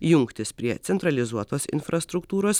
jungtis prie centralizuotos infrastruktūros